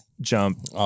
Jump